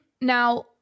now